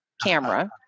camera